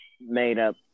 made-up